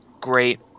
great